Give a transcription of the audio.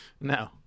No